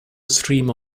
stream